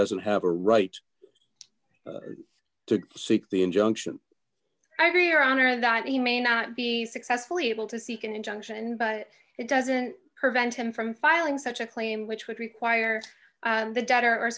doesn't have a right to seek the injunction i do your honor that he may not be successfully able to seek an injunction but it doesn't prevent him from filing such a claim which would require the debtor or